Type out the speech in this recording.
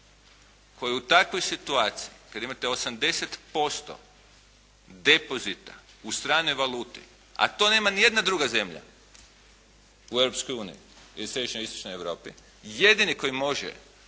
koji u takvoj situaciji kada imate 80% depozita u stranoj valuti, a to nema niti jedna zemlja u Europskoj uniji ili središnjoj istočnoj Europi jedini koji može